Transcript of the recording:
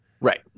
Right